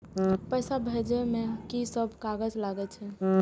पैसा भेजे में की सब कागज लगे छै?